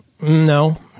no